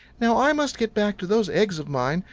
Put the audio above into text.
now i must get back to those eggs of mine.